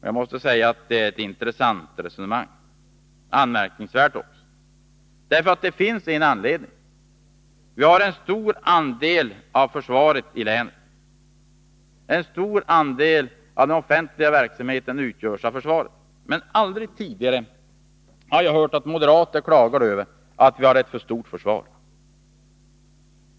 Jag måste säga att det är ett intressant och även anmärkningsvärt resonemang. Vi har en stor andel av försvaret i länet, och försvaret utgör en betydande del av den offentliga verksamheten. Aldrig tidigare har jag hört att moderaterna klagar över att vi har ett för stort försvar.